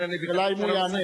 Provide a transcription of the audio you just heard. השאלה היא אם הוא יענה.